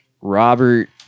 Robert